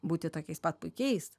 būti tokiais pat puikiais